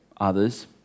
Others